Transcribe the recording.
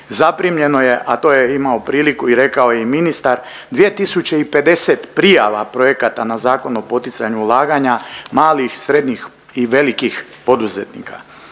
zaprimljeno je, a to je imao priliku i rekao je i ministar 2 tisuće i 50 prijava projekata na Zakon o poticanju ulaganja malih, srednjih i velikih poduzetnika.